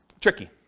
tricky